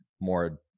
more